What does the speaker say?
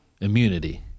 immunity